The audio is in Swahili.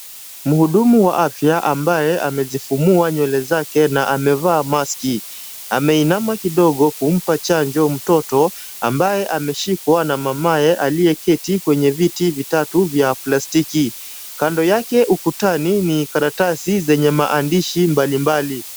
Mhudumu wa afya ambaye amejifumua nywele zake na amevaa maski, ameinama kidogo kumpa chanjo mtoto ambaye ameshikwa na mamaye aliyeketi kwenye viti vitatu vya plastiki. Kando yake ukutani ni karatasi zenye maandishi ya mbali mbali.